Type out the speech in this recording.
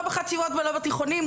לא בחטיבות ולא בתיכונים.